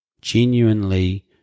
genuinely